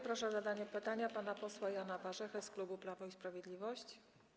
Proszę o zadanie pytania pana posła Jana Warzechę z klubu Prawo i Sprawiedliwość.